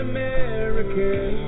American